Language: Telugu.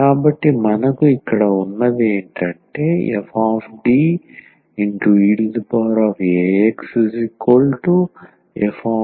కాబట్టి మనకు ఇక్కడ ఉన్నది ఏంటంటే fDeaxfaeax